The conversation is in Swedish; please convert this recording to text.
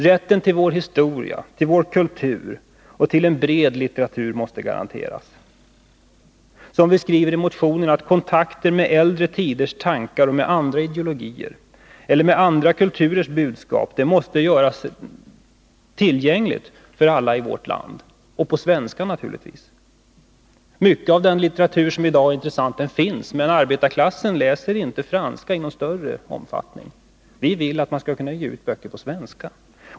Rätten till vår historia, till vår kultur och till en bred litteratur måste garanteras. Såsom vi skriver i 5 motionen måste kontakten med äldre tiders tankar och med andra ideologier eller med andra kulturers budskap göras möjlig för alla i vårt land — och på svenska naturligtvis. Mycket av den litteratur som i dag är intressant finns, men arbetarklassen läser inte t.ex. franska i någon större omfattning. Vi vill att man skall kunna ge ut böcker på svenska.